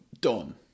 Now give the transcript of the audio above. done